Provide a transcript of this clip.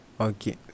Okay